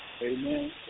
Amen